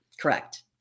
Correct